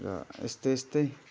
र यस्तै यस्तै